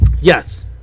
Yes